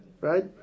Right